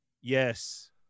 Yes